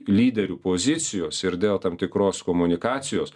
lyderių pozicijos ir dėl tam tikros komunikacijos